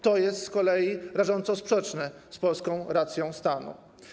To jest z kolei rażąco sprzeczne z polską racją stanu.